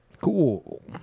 Cool